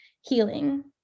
healing